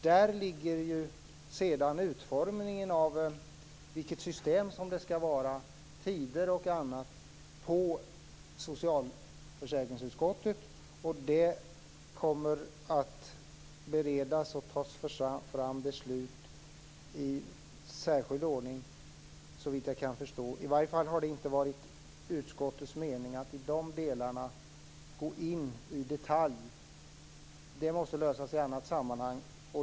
Där ligger sedan utformningen av vilket system det skall vara - tider och annat - på socialförsäkringsutskottet. Det kommer att beredas och tas fram beslut i särskild ordning såvitt jag kan förstå. I alla fall har det inte varit utskottets mening att i de delarna gå in i detalj. Det måste lösas i annat sammanhang.